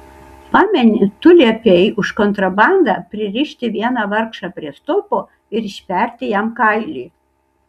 pameni tu liepei už kontrabandą pririšti vieną vargšą prie stulpo ir išperti jam kailį